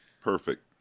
Perfect